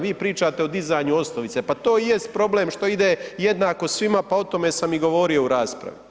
Vi pričate o dizanju osnovice, pa to jest problem što ide jednako svima pa o tome sam i govorio u raspravi.